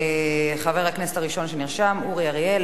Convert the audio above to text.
חבר הכנסת הראשון שנרשם הוא אורי אריאל,